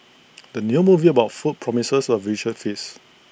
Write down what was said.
the new movie about food promises A visual feast